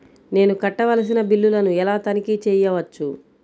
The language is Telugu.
నేను కట్టవలసిన బిల్లులను ఎలా తనిఖీ చెయ్యవచ్చు?